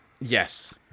Yes